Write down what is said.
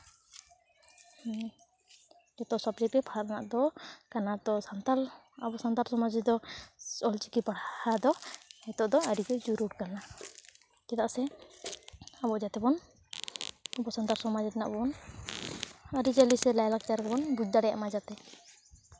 ᱡᱚᱛᱚ ᱥᱟᱵᱡᱮᱠᱴ ᱜᱮ ᱯᱟᱲᱦᱟᱜ ᱨᱮᱱᱟᱜ ᱫᱚ ᱠᱟᱱᱟ ᱛᱚ ᱥᱟᱱᱛᱟᱞ ᱟᱵᱚ ᱥᱟᱱᱛᱟᱲ ᱥᱚᱢᱟᱡ ᱨᱮᱫᱚ ᱚᱞ ᱪᱤᱠᱤ ᱯᱟᱲᱦᱟᱣ ᱫᱚ ᱱᱤᱛᱳᱜ ᱫᱚ ᱟᱹᱰᱤᱜᱮ ᱡᱚᱨᱩᱨ ᱠᱟᱱᱟ ᱪᱮᱫᱟᱜ ᱥᱮ ᱟᱵᱚ ᱡᱟᱛᱮ ᱵᱚᱱ ᱟᱵᱚ ᱥᱟᱱᱛᱟᱲ ᱥᱚᱢᱟᱡᱽ ᱨᱮᱱᱟᱜ ᱵᱚᱱ ᱟᱹᱨᱤᱪᱟᱞᱤ ᱥᱮ ᱞᱟᱭᱼᱞᱟᱠᱪᱟᱨ ᱵᱚᱱ ᱵᱩᱡ ᱫᱟᱲᱮᱭᱟᱜᱼᱢᱟ ᱡᱟᱛᱮ